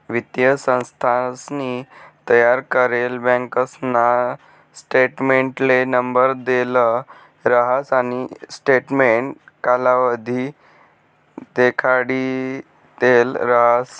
वित्तीय संस्थानसनी तयार करेल बँकासना स्टेटमेंटले नंबर देल राहस आणि स्टेटमेंट कालावधी देखाडिदेल राहस